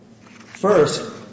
First